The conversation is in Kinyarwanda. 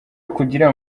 ukugira